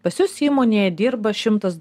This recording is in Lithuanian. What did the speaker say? pas jus įmonėje dirba šimtas